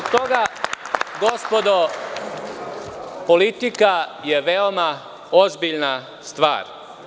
Gospodo, politika je veoma ozbiljna stvar.